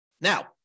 Now